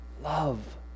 Love